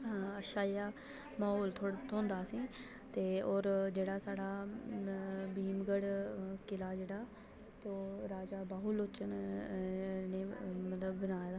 अच्छा जेहा म्हौल थ्होंदा असेंई ते होर जेह्ड़ा साढ़ा भीम गढ़ किला जेह्ड़ा तो राजा बाहू लोचन ने मतलब बनाए दा हा